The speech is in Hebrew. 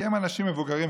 כי הם אנשים מבוגרים,